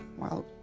well,